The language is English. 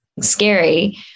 scary